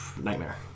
nightmare